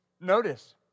Notice